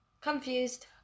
Confused